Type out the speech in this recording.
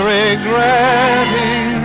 regretting